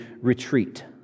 retreat